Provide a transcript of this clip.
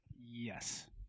Yes